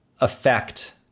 affect